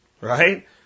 Right